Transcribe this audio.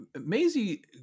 Maisie